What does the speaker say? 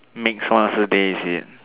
make someone else's day is it